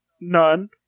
None